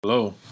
Hello